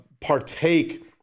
partake